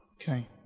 Okay